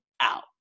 out